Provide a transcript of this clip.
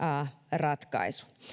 ratkaisu